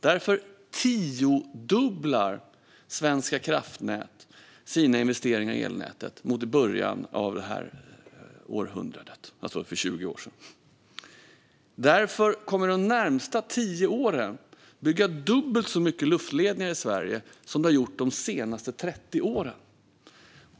Därför tiodubblar Svenska kraftnät sina investeringar i elnätet jämfört med i början av detta århundrade, alltså för 20 år sedan, och därför kommer det de närmaste tio åren att byggas dubbelt så många luftledningar som det har gjorts de senaste 30 åren.